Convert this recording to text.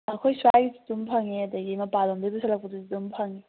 ꯑꯩꯈꯣꯏ ꯁ꯭ꯋꯥꯏꯗꯁꯨ ꯑꯗꯨꯝ ꯐꯪꯉꯦ ꯑꯗꯒꯤ ꯃꯄꯥꯜꯂꯣꯝꯗꯒꯤ ꯄꯨꯁꯜꯂꯛꯄꯗꯨꯁꯨ ꯑꯗꯨꯝ ꯐꯪꯉꯦ